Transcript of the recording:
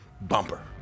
bumper